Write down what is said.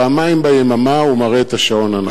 פעמיים ביממה הוא מראה את השעון הנכון.